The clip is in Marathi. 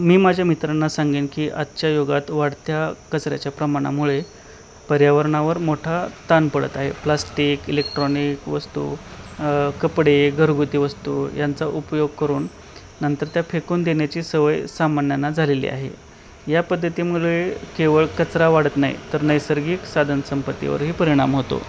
मी माझ्या मित्रांना सांगेन की आजच्या युगात वाढत्या कचऱ्याच्या प्रमाणामुळे पर्यावरणावर मोठा ताण पडत आहे प्लास्टिक इलेक्ट्रॉनिक वस्तू कपडे घरगुती वस्तू यांचा उपयोग करून नंतर त्या फेकून देण्याची सवय सामान्याना झालेली आहे या पद्धतीमुळे केवळ कचरा वाढत नाही तर नैसर्गिक साधनसंपत्तीवरही परिणाम होतो